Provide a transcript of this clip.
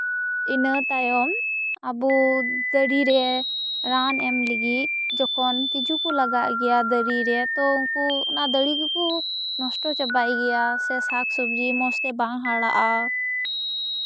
ᱤᱱᱟᱹ ᱛᱟᱭᱚᱢ ᱟᱵᱩ ᱫᱟᱨᱮ ᱨᱮ ᱨᱟᱱ ᱮᱢ ᱞᱟᱹᱜᱤᱫ ᱡᱚᱠᱷᱚᱱ ᱛᱤᱡᱩ ᱠᱚ ᱞᱟᱜᱟᱜ ᱜᱮᱭᱟ ᱛᱚ ᱩᱱᱠᱩ ᱚᱱᱟ ᱫᱟᱨᱮ ᱠᱚᱠᱚ ᱱᱚᱥᱴᱚ ᱪᱟᱵᱟᱭ ᱜᱮᱭᱟ ᱥᱟᱠᱼᱥᱟᱵᱡᱤ ᱢᱚᱡᱽᱛᱮ ᱵᱟᱝ ᱦᱟᱨᱟᱜᱼᱟ